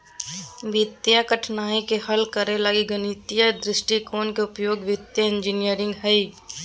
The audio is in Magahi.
वित्तीय कठिनाइ के हल करे लगी गणितीय दृष्टिकोण के उपयोग वित्तीय इंजीनियरिंग हइ